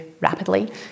rapidly